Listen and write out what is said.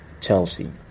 Chelsea